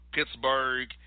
Pittsburgh